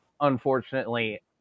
Unfortunately